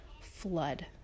flood